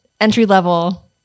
entry-level